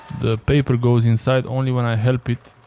the paper goes inside only when i help it.